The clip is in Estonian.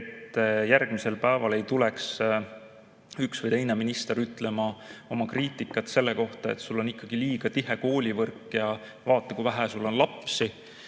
et järgmisel päeval ei tuleks üks või teine minister ütlema oma kriitikat selle kohta, et sul on ikkagi liiga tihe koolivõrk ja vaata, kui vähe sul on lapsi. Ja